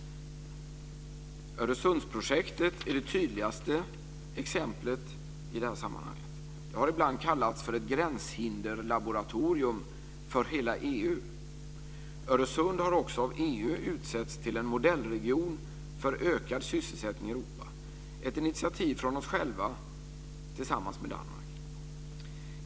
Öresundsprojektet är det tydligaste exemplet i det här sammanhanget. Det har ibland kallats för ett gränshinderslaboratorium för hela EU. Öresundsområdet har också av EU utsetts till en modellregion för ökad sysselsättning i Europa, ett initiativ från oss själva tillsammans med Danmark.